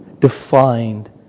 Defined